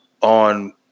on